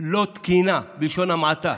לא תקינה, בלשון המעטה.